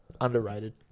Underrated